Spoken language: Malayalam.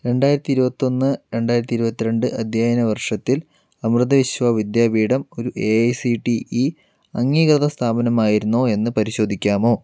രണ്ടായിരത്തിഇരുപത്തൊന്ന് രണ്ടായിരത്തിഇരുപത്തിരണ്ട് അധ്യയനവർഷത്തിൽ അമൃതവിശ്വവിദ്യാപീഠം ഒരു A I C T E അംഗീകൃതസ്ഥാപനമായിരുന്നോ എന്ന് പരിശോധിക്കാമോ